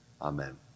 amen